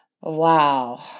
wow